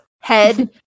head